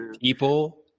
people